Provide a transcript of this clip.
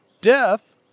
death